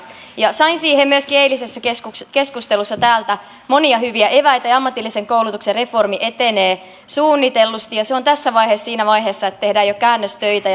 sain siihen myöskin eilisessä keskustelussa keskustelussa täältä monia hyviä eväitä ja ammatillisen koulutuksen reformi etenee suunnitellusti se on tässä vaiheessa siinä vaiheessa että tehdään jo käännöstöitä